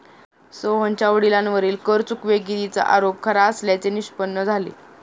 सोहनच्या वडिलांवरील कर चुकवेगिरीचा आरोप खरा असल्याचे निष्पन्न झाले